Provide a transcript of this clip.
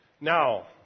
Now